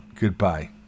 Goodbye